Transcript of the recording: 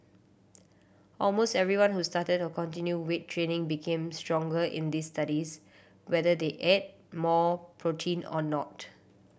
almost everyone who started or continued weight training became stronger in these studies whether they ate more protein or not